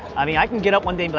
i mean i can get up one day but